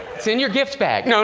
it's in your gift bag. no,